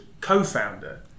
co-founder